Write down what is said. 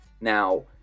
Now